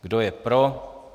Kdo je pro?